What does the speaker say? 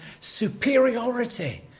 superiority